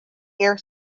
air